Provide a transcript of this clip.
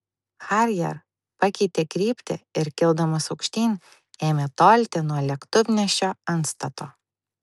harrier pakeitė kryptį ir kildamas aukštyn ėmė tolti nuo lėktuvnešio antstato